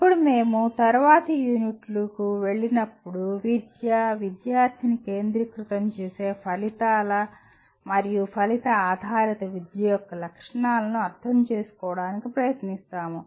ఇప్పుడు మేము తరువాతి యూనిట్కు వెళ్ళినప్పుడు విద్య విద్యార్థిని కేంద్రీకృతం చేసే ఫలితాల మరియు ఫలిత ఆధారిత విద్య యొక్క లక్షణాలను అర్థం చేసుకోవడానికి ప్రయత్నిస్తాము